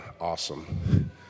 awesome